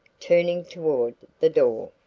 turning toward the door.